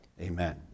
Amen